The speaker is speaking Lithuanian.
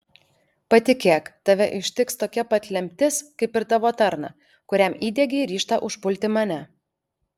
patikėk tave ištiks tokia pat lemtis kaip ir tavo tarną kuriam įdiegei ryžtą užpulti mane